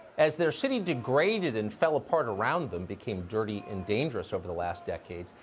as their city degraded and fell apart around them became dirty and dangerous over the last decade,